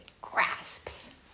grasps